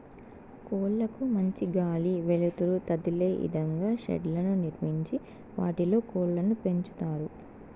కోళ్ళ కు మంచి గాలి, వెలుతురు తదిలే ఇదంగా షెడ్లను నిర్మించి వాటిలో కోళ్ళను పెంచుతారు